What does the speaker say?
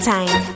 Time